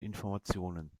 informationen